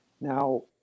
Now